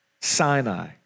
Sinai